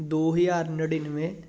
ਦੋ ਹਜ਼ਾਰ ਨੜਿਨਵੇਂ